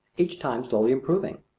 each time slowly improving.